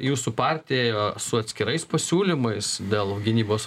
jūsų partija ėjo su atskirais pasiūlymais dėl gynybos